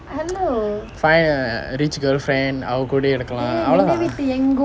find a rich girlfriend அவகூட இருக்கலாம்:avkuda irukklaam